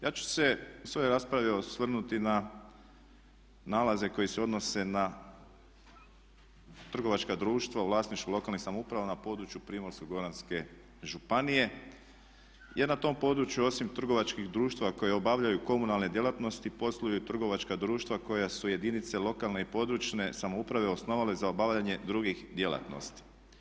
Ja ću se u svojoj raspravi osvrnuti na nalaze koji se odnose na trgovačka društva u vlasništvu lokalnih samouprava na području Primorsko-goranske županije jer na tom području osim trgovačkih društava koje obavljaju komunalne djelatnosti posluju i trgovačka društva koja su jedinice lokalne i područne samouprave osnovale za obavljanje drugih djelatnosti.